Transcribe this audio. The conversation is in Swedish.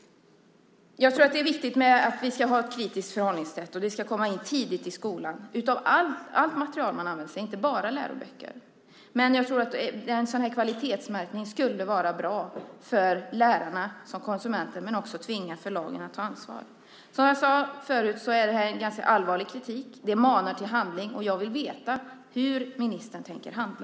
Det är viktigt att vi har ett kritiskt förhållningssätt. Det ska komma in tidigt i skolan. Det gäller allt material som används, inte bara läroböcker. En kvalitetsmärkning skulle vara bra för lärarna som konsumenter, men det skulle också tvinga förlagen att ta ansvar. Det här är ganska allvarlig kritik. Det manar till handling. Jag vill veta hur ministern tänker handla.